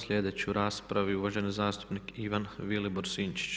Sljedeći u raspravi je uvaženi zastupnik Ivan Vilibor Sinčić.